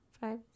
five